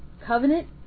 covenant